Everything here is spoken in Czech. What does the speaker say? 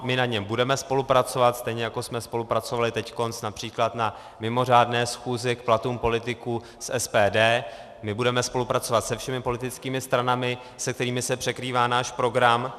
My na něm budeme spolupracovat, stejně jako jsme spolupracovali teď například na mimořádné schůzi k platům politiků s SPD, my budeme spolupracovat se všemi politickými stranami, se kterými se překrývá náš program.